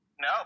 No